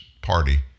party